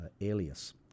Alias